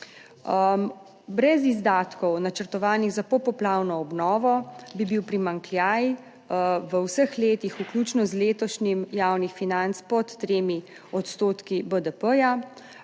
Brez izdatkov, načrtovanih za popoplavno obnovo, bi bil primanjkljaj v vseh letih vključno z letošnjim javnih financ pod 3 % BDP.